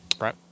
Right